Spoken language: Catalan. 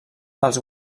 els